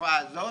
השריפה הזאת